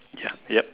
ya ya